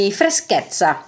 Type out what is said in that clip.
freschezza